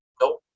Nope